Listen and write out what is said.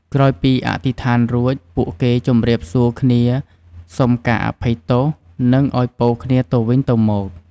ក្រោយពីអធិស្ឋានរួច ពួកគេជម្រាបសួរគ្នា សុំការអភ័យទោស និងឱ្យពរគ្នាទៅវិញទៅមក។